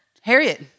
Harriet